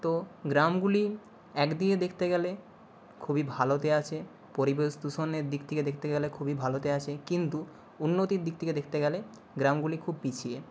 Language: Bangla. তো গ্রামগুলি এক দিকে দেখতে গেলে খুবই ভালোতে আছে পরিবেশ দূষণের দিক থেকে দেখতে গেলে ভালোতে আছে কিন্তু উন্নতির দিক থেকে দেখতে গেলে গ্রামগুলি খুব পিছিয়ে